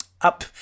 Up